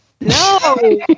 No